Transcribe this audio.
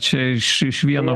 čia iš iš vieno